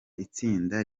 itsinda